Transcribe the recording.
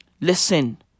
Listen